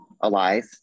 alive